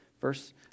Verse